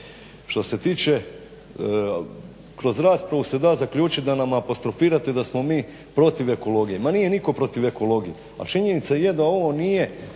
Što se tiče kroz raspravu se da zaključiti da nam apostrofirate da smo mi protiv ekologije, ma nije nitko protiv ekologije, a činjenica je da ovo nije